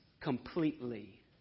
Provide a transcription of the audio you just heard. completely